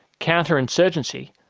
counterinsurgency,